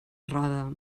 roda